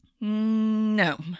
No